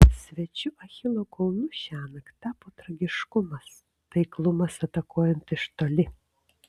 svečių achilo kulnu šiąnakt tapo tragiškumas taiklumas atakuojant iš toli